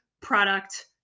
product